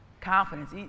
Confidence